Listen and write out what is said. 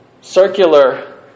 Circular